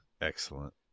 excellent